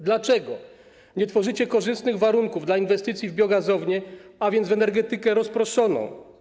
Dlaczego nie tworzycie korzystnych warunków dla inwestycji w biogazownie, a więc w energetykę rozproszoną?